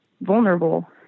vulnerable